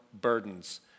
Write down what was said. burdens